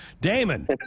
Damon